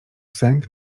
sęk